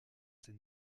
ses